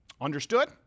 understood